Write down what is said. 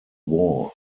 war